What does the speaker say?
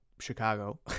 Chicago